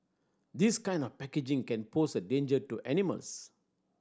this kind of packaging can pose a danger to animals